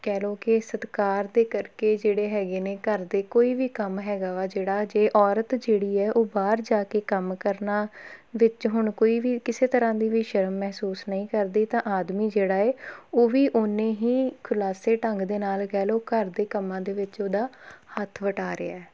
ਕਹਿ ਲਓ ਕਿ ਸਤਿਕਾਰ ਦੇ ਕਰਕੇ ਜਿਹੜੇ ਹੈਗੇ ਨੇ ਘਰ ਦੇ ਕੋਈ ਵੀ ਕੰਮ ਹੈਗਾ ਵਾ ਜਿਹੜਾ ਜੇ ਔਰਤ ਜਿਹੜੀ ਹੈ ਉਹ ਬਾਹਰ ਜਾ ਕੇ ਕੰਮ ਕਰਨਾ ਵਿੱਚ ਹੁਣ ਕੋਈ ਵੀ ਕਿਸੇ ਤਰ੍ਹਾਂ ਦੀ ਵੀ ਸ਼ਰਮ ਮਹਿਸੂਸ ਨਹੀਂ ਕਰਦੀ ਤਾਂ ਆਦਮੀ ਜਿਹੜਾ ਹੈ ਉਹ ਵੀ ਉੰਨੇ ਹੀ ਖੁਲਾਸੇ ਢੰਗ ਦੇ ਨਾਲ ਕਹਿ ਲਓ ਘਰ ਦੇ ਕੰਮਾਂ ਦੇ ਵਿੱਚ ਉਹਦਾ ਹੱਥ ਵਟਾ ਰਿਹਾ ਹੈ